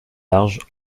larges